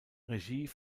regie